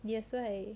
that's why